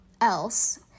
else